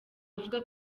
avuga